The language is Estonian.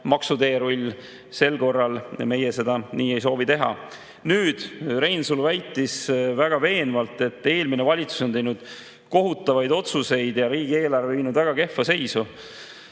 maksuteerull, sel korral meie seda nii ei soovi teha. Reinsalu väitis väga veenvalt, et eelmine valitsus on teinud kohutavaid otsuseid ja on riigieelarve viinud väga kehva seisu.